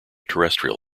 terrestrial